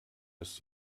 ist